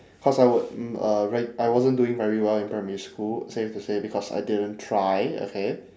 because I w~ mm uh re~ I wasn't doing very well in primary school safe to say because I didn't try okay